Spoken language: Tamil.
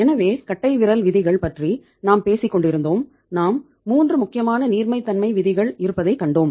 எனவே கட்டைவிரல் விதிகள் பற்றி நாம் பேசிக் கொண்டிருந்தோம் நாம் 3 முக்கியமான நீர்மைத்தன்மை விகிதங்கள் இருப்பதைக் கண்டோம்